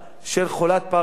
של חולת פרקינסון,